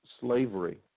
slavery